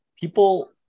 people